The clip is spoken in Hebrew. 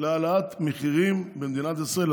להעלאת מחירים במדינת ישראל,